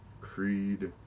Creed